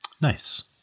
Nice